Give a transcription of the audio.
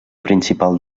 principal